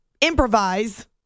improvise